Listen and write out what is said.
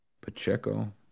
Pacheco